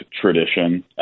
tradition